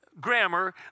grammar